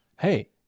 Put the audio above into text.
hey